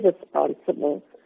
responsible